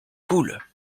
cool